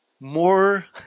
more